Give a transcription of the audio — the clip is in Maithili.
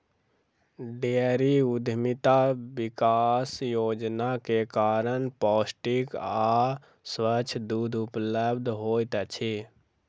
डेयरी उद्यमिता विकास योजना के कारण पौष्टिक आ स्वच्छ दूध उपलब्ध होइत अछि